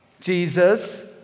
Jesus